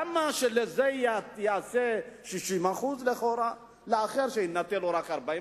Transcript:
למה שלזה יהיו 60%, לכאורה, ולאחר יינתנו רק 40%,